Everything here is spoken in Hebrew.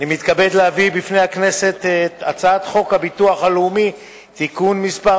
אני מתכבד להביא בפני הכנסת את הצעת חוק הביטוח הלאומי (תיקון מס'